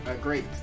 great